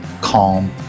Calm